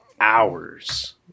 hours